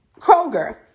Kroger